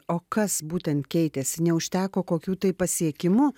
o kas būtent keitėsi neužteko kokių tai pasiekimų